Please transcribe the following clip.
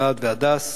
אלעד והדס,